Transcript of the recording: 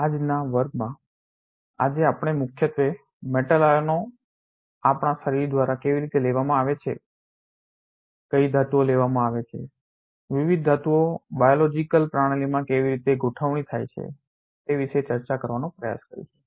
આજના વર્ગમાં આજે આપણે મુખ્યત્વે મેટલ આયનો આપણા શરીર દ્વારા કેવી રીતે લેવામાં આવે છે કઈ ધાતુઓ લેવામાં આવે છે વિવિધ ધાતુઓ બાયોલોજીકલ biological જૈવિક પ્રણાલીમાં કેવી રીતે ગોઠવણી થાય છે તે વિશે ચર્ચા કરવાનો પ્રયાસ કરીશું